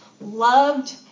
loved